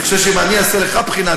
אני חושב שאם אני אעשה לך בחינה,